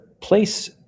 place